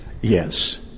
Yes